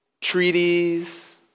treaties